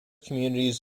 communities